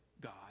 God